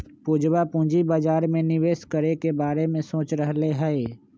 पूजवा पूंजी बाजार में निवेश करे के बारे में सोच रहले है